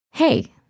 Hey